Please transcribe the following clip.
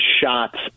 shots